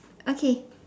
okay